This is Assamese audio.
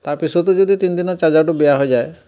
তাৰপিছতো যদি তিনি দিনত চাৰ্জাৰটো বেয়া হৈ যায়